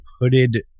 hooded